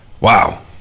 wow